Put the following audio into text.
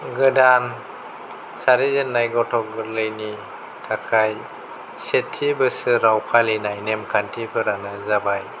गोदान सारिजेननाय गथ' गोरलैनि थाखाय सेथि बोसोराव फालिनाय नेमखान्थिफोरानो जाबाय